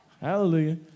Hallelujah